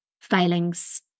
failings